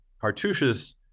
cartouches